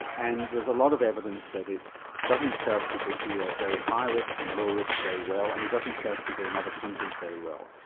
and there's a lot of evidence that it doesn't serve people who are at very high risk and low risk very well, and it doesn't serve people in other countries very well.